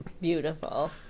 Beautiful